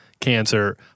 cancer